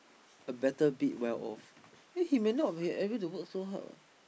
a better bit well off then he may not able to work so hard [what]